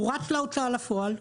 הוא רץ להוצאה לפועל,